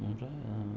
आमफ्राय